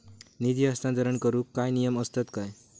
निधी हस्तांतरण करूक काय नियम असतत काय?